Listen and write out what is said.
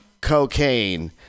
cocaine